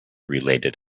related